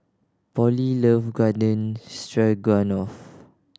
Pollie love Garden Stroganoff